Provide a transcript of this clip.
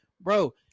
bro